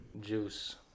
Juice